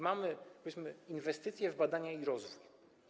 Mamy, powiedzmy, inwestycje w badania i rozwój.